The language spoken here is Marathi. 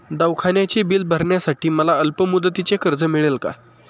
दवाखान्याचे बिल भरण्यासाठी मला अल्पमुदतीचे कर्ज मिळेल का?